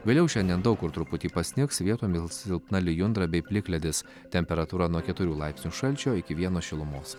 vėliau šiandien daug kur truputį pasnigs vietomis silpna lijundra bei plikledis temperatūra nuo keturių laipsnių šalčio iki vieno šilumos